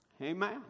Amen